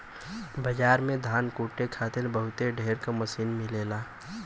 बाजार में धान कूटे खातिर बहुत ढेर क मसीन मिलेला